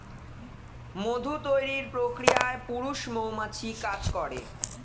মধু তৈরির প্রক্রিয়ায় পুরুষ মৌমাছি কাজ করে